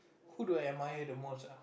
who do I admire the most ah